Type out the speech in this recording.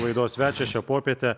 laidos svečias šią popietę